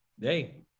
hey